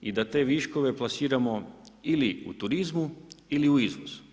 i da te viškove plasiramo ili u turizmu ili u izvozu.